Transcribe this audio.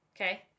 okay